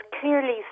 clearly